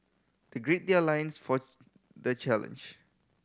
they gird their loins for the challenge